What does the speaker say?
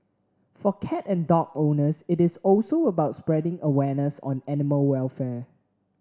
for cat and dog owners it is also about spreading awareness on animal welfare